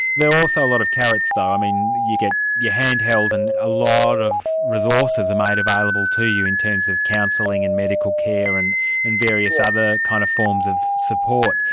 there are also a lot of carrots though. i mean you get your hand held and a lot of resources are made available to you in terms of counselling and medical care and and various other kind of forms of support.